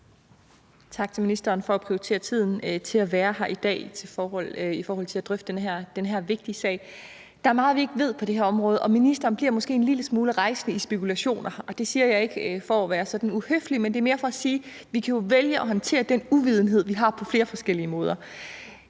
(KF): Tak til ministeren for at prioritere tiden til at være her i dag i forhold til at drøfte den her vigtige sag. Der er meget, vi ikke ved på det her område, og ministeren bliver måske en lille smule rejsende i spekulationer. Og det siger jeg ikke for sådan at være uhøflig, men det er mere for at sige, at vi jo kan vælge at håndtere den uvidenhed, vi har, på flere forskellige måder.